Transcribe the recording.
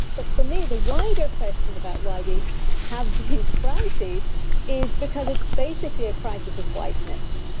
but for me the wider question about why we have these crises is because it's basically a crisis of whiteness.